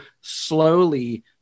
slowly